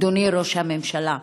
אדוני ראש הממשלה,